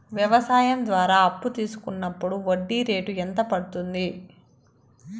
వ్యవసాయం ద్వారా అప్పు తీసుకున్నప్పుడు వడ్డీ రేటు ఎంత పడ్తుంది